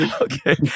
Okay